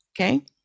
okay